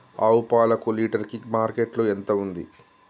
ఆవు పాలకు లీటర్ కి మార్కెట్ లో ఎంత ఉంది?